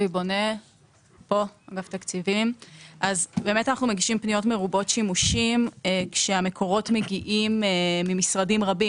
באמת אנחנו מגישים פניות מרובות שימושים כשהמקורות מגיעים ממשרדים רבים,